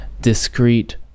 discrete